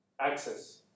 access